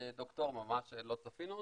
ד"ר, שלא צפינו אותה.